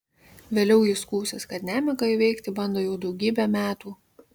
vėliau ji skųsis kad nemigą įveikti bando jau daugybę metų